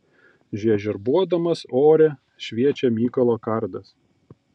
žiežirbuodamas ore šviečia mykolo kardas